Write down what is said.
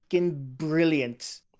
brilliant